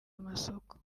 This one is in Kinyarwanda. amasoko